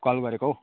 call गरेको हौ